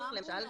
למשל,